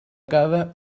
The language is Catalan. cada